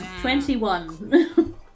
twenty-one